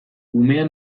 umea